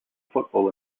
football